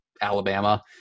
Alabama